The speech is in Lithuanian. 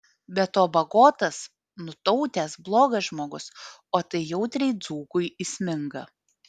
be to bagotas nutautęs blogas žmogus o tai jautriai dzūkui įsminga